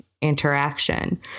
interaction